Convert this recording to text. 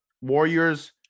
Warriors